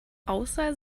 außer